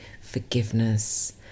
forgiveness